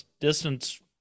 distance